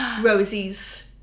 Rosie's